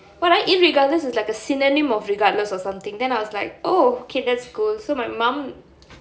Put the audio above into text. what ah irregardless is like a synonym of regardless or something then I was like oh okay that's cool so my mom